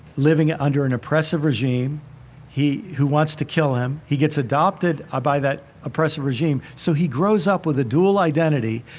living ah under an oppressive regime who wants to kill him. he gets adopted ah by that oppressive regime, so he grows up with a dual identity,